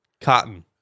Cotton